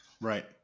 Right